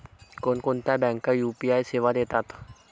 कोणकोणत्या बँका यू.पी.आय सेवा देतात?